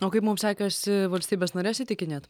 o kaip mums sekėsi valstybes nares įtikinėt